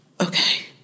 okay